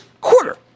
quarter